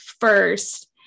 first